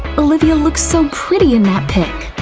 olivia looks so pretty in that pic!